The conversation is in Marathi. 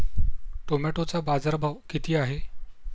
टोमॅटोचा बाजारभाव किती आहे?